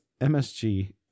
MSG